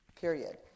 period